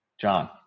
John